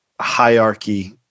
hierarchy